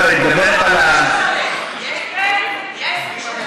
נתחיל מפיקוח על לחם לבן מלא,